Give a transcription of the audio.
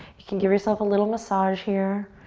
you can give yourself a little massage here.